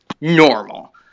normal